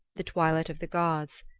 the twilight of the gods,